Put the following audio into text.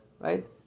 right